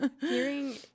Hearing